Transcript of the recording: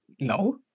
No